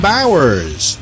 Bowers